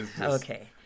Okay